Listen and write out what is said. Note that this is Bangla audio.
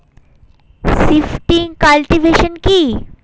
শিফটিং কাল্টিভেশন কি?